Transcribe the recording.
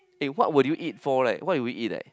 eh what would you eat for eh like what would you eat eh